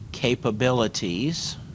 capabilities